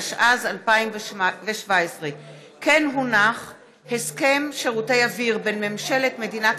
התשע"ז 2017. הסכם שירותי אוויר בין ממשלת מדינת